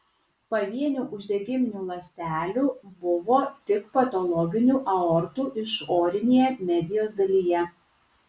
pavienių uždegiminių ląstelių buvo tik patologinių aortų išorinėje medijos dalyje